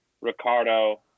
Ricardo